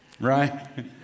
Right